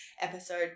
episode